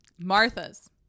Martha's